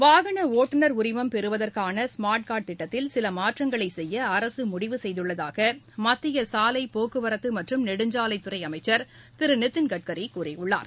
வாகன ஒட்டுநர் உரிமம் பெறுவதற்கான ஸ்மா்ட் கார்டு திட்டத்தில் சில மாற்றங்களை செய்ய அரசு முடிவு செய்துள்ளதாக மத்திய சாலை போக்குவரத்து மற்றும் நெடுஞ்சாலைத்துறை அமைச்ச் திரு நிதிள்கட்சி கூறியுள்ளார்